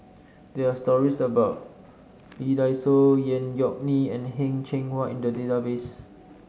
there are stories about Lee Dai Soh Tan Yeok Nee and Heng Cheng Hwa in the database